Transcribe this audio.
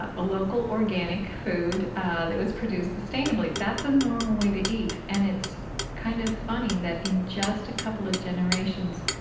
ah a local organic food that was produced sustainably. that's a normal way to eat. and it's kind of funny that, in just a couple of generations,